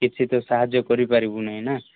କିଛି ତ ସାହାଯ୍ୟ କରିପାରିବୁନି ନା